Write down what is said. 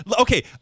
Okay